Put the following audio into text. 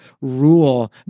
rule